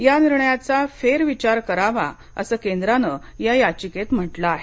या निर्णयाचा फेरविचार करावा असं केंद्राने या याचिकेत म्हटलं आहे